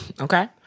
okay